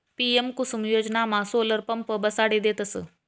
PM Kusum योजनामा solar pump बसाडी देतस